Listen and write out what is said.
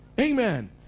amen